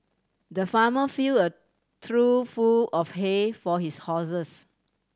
the farmer fill a trough full of hay for his horses